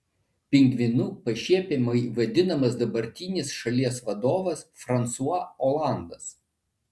pingvinu pašiepiamai vadinamas dabartinis šalies vadovas fransua olandas